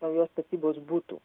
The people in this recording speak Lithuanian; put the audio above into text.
naujos statybos butų